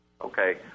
Okay